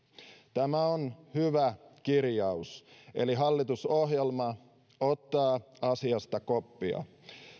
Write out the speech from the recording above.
tämä on hyvä kirjaus eli hallitusohjelma ottaa asiasta koppia